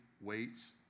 weights